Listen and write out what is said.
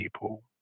people